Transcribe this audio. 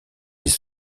les